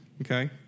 Okay